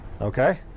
Okay